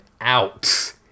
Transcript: out